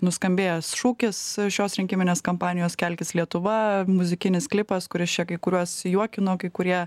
nuskambėjęs šūkis šios rinkiminės kampanijos kelkis lietuva muzikinis klipas kuris čia kai kuriuos juokino kai kurie